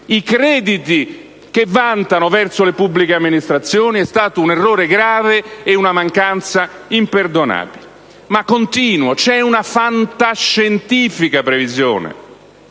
i crediti che vantano verso le pubbliche amministrazioni? È stato un errore grave, è stata una mancanza imperdonabile. Continuo: c'è una fantascientifica previsione